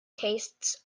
tastes